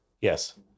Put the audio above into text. Yes